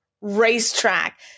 racetrack